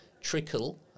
trickle